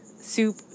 Soup